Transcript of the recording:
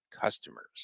customers